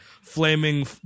flaming